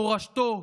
מורשתו,